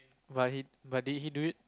but but did he do it